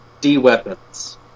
D-weapons